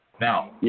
Now